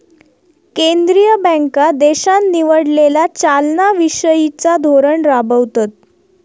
केंद्रीय बँका देशान निवडलेला चलना विषयिचा धोरण राबवतत